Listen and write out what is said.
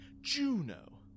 Juno